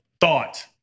thought